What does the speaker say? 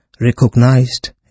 recognized